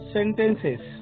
Sentences